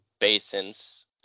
basins